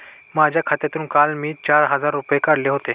माझ्या खात्यातून काल मी चार हजार रुपये काढले होते